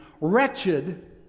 wretched